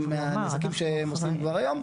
מהנזקים שהם עושים כבר היום.